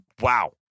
wow